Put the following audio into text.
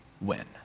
win